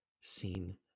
seen